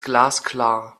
glasklar